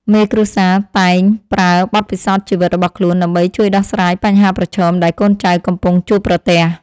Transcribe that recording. មេគ្រួសារតែងប្រើបទពិសោធន៍ជីវិតរបស់ខ្លួនដើម្បីជួយដោះស្រាយបញ្ហាប្រឈមដែលកូនចៅកំពុងជួបប្រទះ។